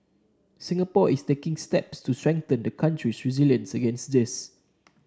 Singapore is taking steps to strengthen the country's resilience against this